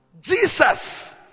Jesus